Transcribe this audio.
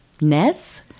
ness